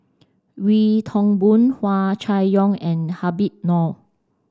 Wee Toon Boon Hua Chai Yong and Habib Noh